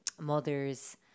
mothers